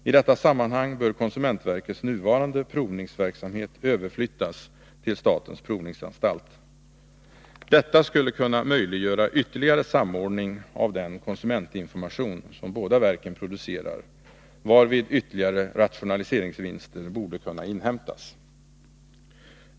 I detta sammanhang bör konsumentverkets nuvarande provningsverksamhet överflyttas till statens provningsanstalt. Detta skulle kunna möjliggöra ytterligare samordning av den konsumentinformation som båda verken producerar, varvid ytterligare rationaliseringsvinster borde kunna inhämtas.